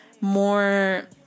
more